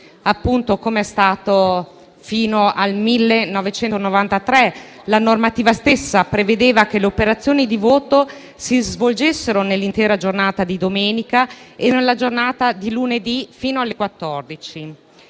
breve *excursus*: fino al 1993 la normativa prevedeva che le operazioni di voto si svolgessero nell'intera giornata di domenica e nella giornata di lunedì fino alle ore